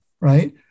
right